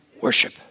worship